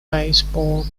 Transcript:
baseball